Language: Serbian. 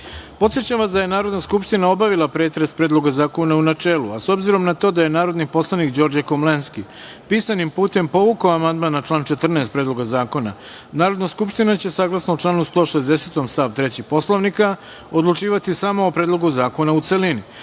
vas da je Narodna skupština obavila pretres Predloga zakona u načelu, a s obzirom na to da je narodni poslanik Đorđe Komlenski pisanim putem povukao amandman na član 14. Predloga zakona, Narodna skupština će, saglasno članu 160. stav 3. Poslovnika, odlučivati samo o Predlogu zakona u